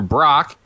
Brock